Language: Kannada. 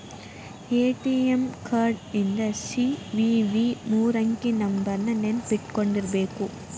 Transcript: ಎ.ಟಿ.ಎಂ ಕಾರ್ಡ್ ಹಿಂದ್ ಸಿ.ವಿ.ವಿ ಮೂರಂಕಿ ನಂಬರ್ನ ನೆನ್ಪಿಟ್ಕೊಂಡಿರ್ಬೇಕು